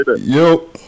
Yo